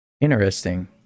Interesting